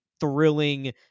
thrilling